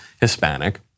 Hispanic